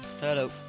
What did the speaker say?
Hello